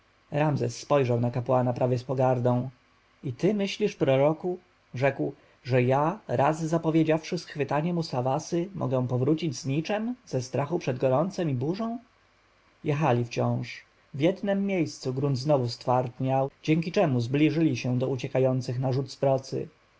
ramzes spojrzał na kapłana prawie z pogardą i ty myślisz proroku rzekł że ja raz zapowiedziawszy schwytanie musawasy mogę powrócić z niczem ze strachu przed gorącem i burzą jechali wciąż w jednem miejscu grunt znowu stwardniał dzięki czemu zbliżyli się do uciekających na rzut z procy